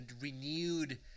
renewed